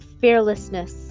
fearlessness